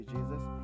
Jesus